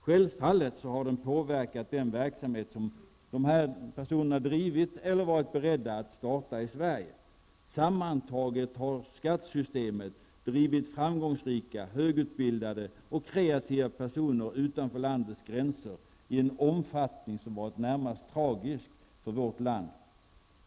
Självfallet har den påverkat den verksamhet som dessa personer har drivit eller har varit beredda att starta i Sverige. Sammantaget har skattesystemet drivit framgångsrika, högutbildade och kreativa personer utanför landets gränser i en omfattning som har varit närmast tragisk för vårt land.